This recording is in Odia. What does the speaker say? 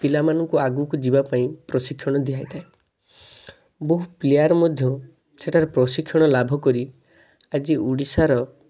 ପିଲାମାନଙ୍କୁ ଆଗକୁ ଯିବା ପାଇଁ ପ୍ରଶିକ୍ଷଣ ଦିଆ ହେଇଥାଏ ବହୁ ପ୍ଲେୟାର ମଧ୍ୟ ସେଠାରେ ପ୍ରଶିକ୍ଷଣ ଲାଭ କରି ଆଜି ଓଡ଼ିଶାର